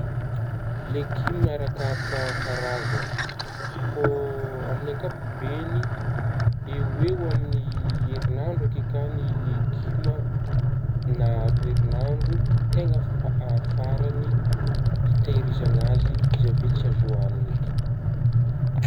Legioma arakaraka karazagny fô amin'gny akapobegny eoeo amin'gny herinandro ekeka agny legioma na roa herinandro tegna fa-a-faragny hitehirizagna azy izy avy eo tsy azo hanigny eky.